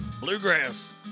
bluegrass